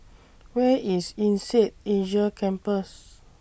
Where IS Insead Asia Campus